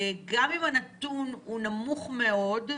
גם אם הנתון הוא נמוך מאוד,